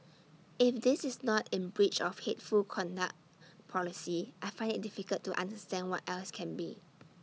if this is not in breach of hateful conduct policy I find IT difficult to understand what else can be